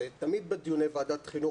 תמיד בדיוני ועדת החינוך,